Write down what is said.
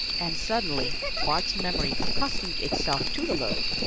and suddenly bart's memory accustomed itself to the load,